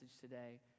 today